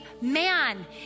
man